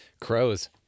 crows